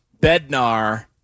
Bednar